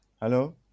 Hello